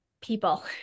people